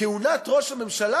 כהונת ראש הממשלה,